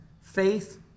faith